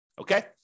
Okay